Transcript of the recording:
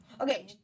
Okay